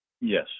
Yes